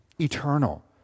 eternal